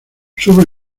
sube